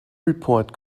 report